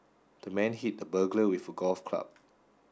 the man hit the burglar with a golf club